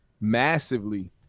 massively